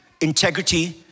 Integrity